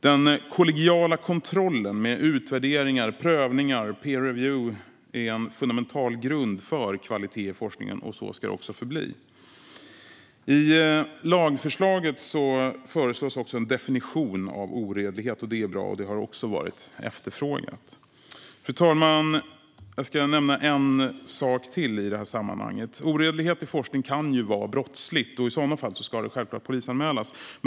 Den kollegiala kontrollen med utvärderingar, prövningar och peer review är fundamental för kvalitet i forskningen, och så ska det förbli. I lagförslaget föreslås också en definition av "oredlighet". Det är bra, och det har också varit efterfrågat. Fru talman! Jag ska nämna en sak till i sammanhanget. Oredlighet i forskning kan vara brottsligt och ska i så fall självklart polisanmälas.